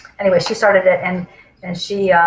anyway she started it and and she,